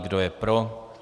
Kdo je pro?